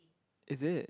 is it